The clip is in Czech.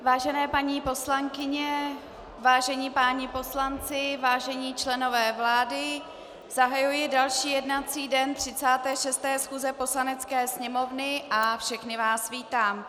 Vážené paní poslankyně, vážení páni poslanci, vážení členové vlády, zahajuji další jednací den 36. schůze Poslanecké sněmovny a všechny vás vítám.